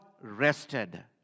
rested